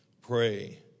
Pray